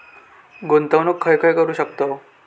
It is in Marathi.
गुंतवणूक खय खय करू शकतव?